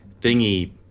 thingy